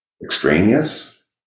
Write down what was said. extraneous